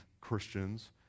Christians